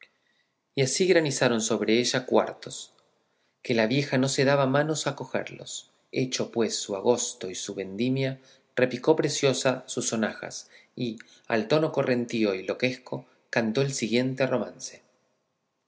y así granizaron sobre ella cuartos que la vieja no se daba manos a cogerlos hecho pues su agosto y su vendimia repicó preciosa sus sonajas y al tono correntío y loquesco cantó el siguiente romance